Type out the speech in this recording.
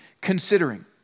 considering